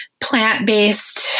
plant-based